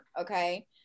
okay